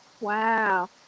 Wow